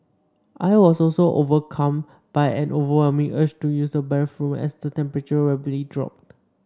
I was also overcome by an overwhelming urge to use the bathroom as the temperature rapidly dropped